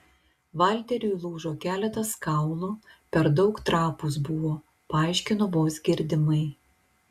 valteriui lūžo keletas kaulų per daug trapūs buvo paaiškino vos girdimai